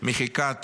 מחיקת